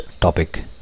topic